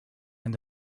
and